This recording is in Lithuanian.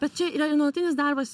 bet čia yra nuolatinis darbas